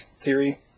theory